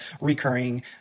recurring